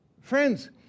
Friends